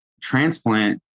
transplant